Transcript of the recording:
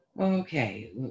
Okay